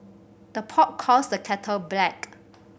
the pot calls the kettle black